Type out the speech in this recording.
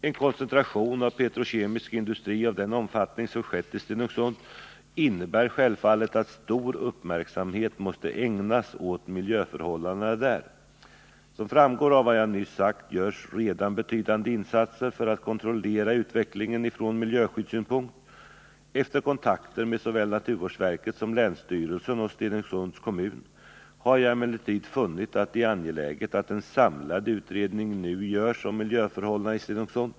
En koncentration av petrokemisk industri av den omfattning som skett till Stenungsund innebär självfallet att stor uppmärksamhet måste ägnas åt miljöförhållandena där. Som framgår av vad jag nyss sagt görs redan betydande insatser för att kontrollera utvecklingen från miljöskyddssynpunkt. Efter kontakter med såväl naturvårdsverket som länsstyrelsen och Stenungsunds kommun har jag emellertid funnit att det är angeläget att en samlad utredning nu görs om miljöförhållandena i Stenungsund.